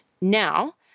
Now